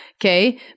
okay